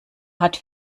hat